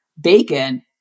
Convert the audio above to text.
bacon